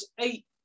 eight